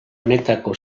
honetako